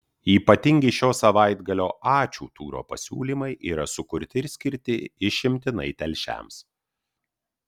ypatingi šio savaitgalio ačiū turo pasiūlymai yra sukurti ir skirti išimtinai telšiams